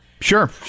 Sure